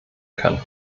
kann